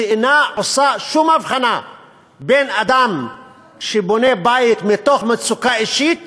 שאינה עושה שום הבחנה בין אדם שבונה בית מתוך מצוקה אישית